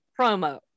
promo